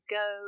go